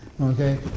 Okay